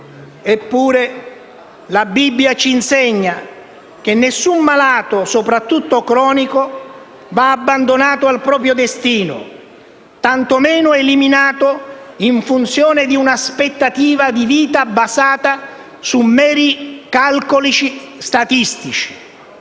Eppure la Bibbia ci insegna che nessun malato, soprattutto cronico, va abbandonato al proprio destino, tanto meno eliminato in funzione di un'aspettativa di vita basata su meri calcoli statistici,